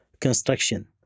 construction